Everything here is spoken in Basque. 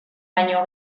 baino